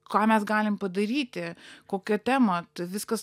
ką mes galim padaryti kokia tema tai viskas